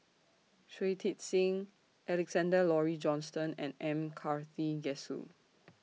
Shui Tit Sing Alexander Laurie Johnston and M Karthigesu